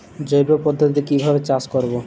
জৈব পদ্ধতিতে কিভাবে চাষ করব?